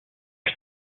fut